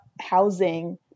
housing